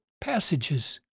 passages